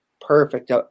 perfect